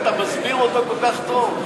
אתה מסביר אותו כל כך טוב.